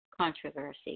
controversy